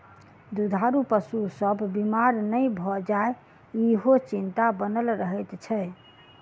दूधारू पशु सभ बीमार नै भ जाय, ईहो चिंता बनल रहैत छै